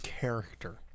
character